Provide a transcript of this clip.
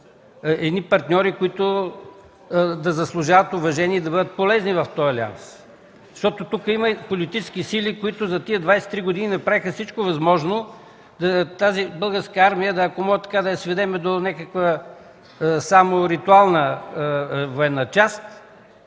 едни партньори, които заслужават уважение и да бъдат полезни в този алианс. Тук има политически сили, които за тези 23 години направиха всичко възможно тази Българска армия, ако можем, така да я сведем до някаква само ритуална военна част.